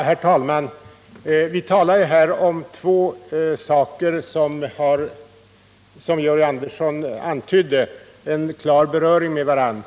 Herr talman! Vi talar här om två saker, som — såsom Georg Andersson antydde — har en klar beröring med varandra.